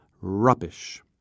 rubbish